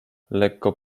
lekko